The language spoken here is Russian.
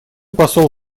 посол